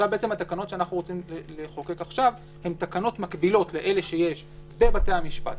התקנות שאנחנו רוצים לחוקק עכשיו הן תקנות מקבילות לאלה שיש בבתי המשפט,